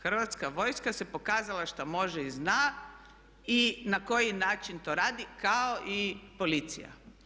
Hrvatska vojska se pokazala što može i zna i na koji način to radi kao i policija.